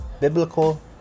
Biblical